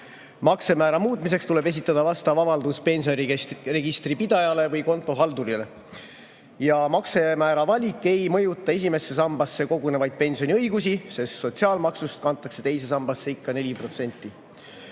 Maksemäära muutmiseks tuleb esitada vastav avaldus pensioniregistri pidajale või kontohaldurile. Ja maksemäära valik ei mõjuta esimesse sambasse kogunevaid pensioniõigusi, sest sotsiaalmaksust kantakse teise sambasse ikka 4%.